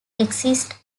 exists